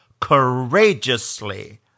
courageously